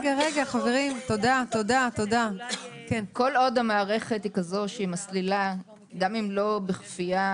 כל עוד המערכת מסלילה גם אם לא בכפייה